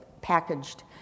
packaged